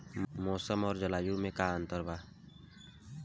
मौसम और जलवायु में का अंतर बा?